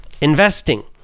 Investing